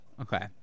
Okay